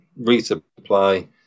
resupply